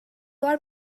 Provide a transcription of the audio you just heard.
are